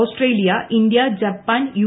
Australia India Japan U